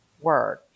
word